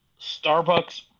Starbucks